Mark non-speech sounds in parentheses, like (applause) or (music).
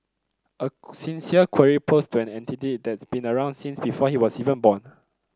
a (unintelligible) sincere query posed to an entity that's been around since before he was even born